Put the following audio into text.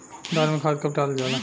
धान में खाद कब डालल जाला?